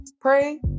pray